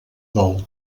del